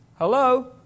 Hello